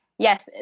Yes